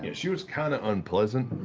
yeah she was kind of unpleasant.